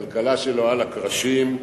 הכלכלה שלו על הקרשים,